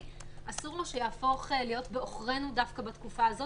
אסור לו שיהפוך להיות בעוכרנו דווקא בתקופה הזאת